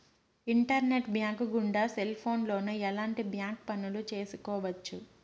internet bank గుండా cell ఫోన్లోనే ఎలాంటి బ్యాంక్ పనులు చేసుకోవచ్చు